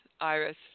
Iris